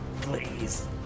Please